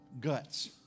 guts